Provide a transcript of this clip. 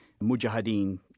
Mujahideen